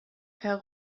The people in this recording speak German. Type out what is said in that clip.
per